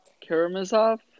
Karamazov